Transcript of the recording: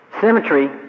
Symmetry